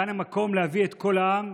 כאן המקום להביא את קול העם,